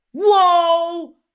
whoa